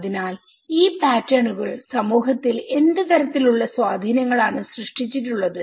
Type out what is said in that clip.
അതിനാൽ ഈ പാറ്റേണുകൾ സമൂഹത്തിൽ എന്ത് തരത്തിൽ ഉള്ള സ്വാധീനങ്ങൾ ആണ് സൃഷ്ടിച്ചിട്ടുള്ളത്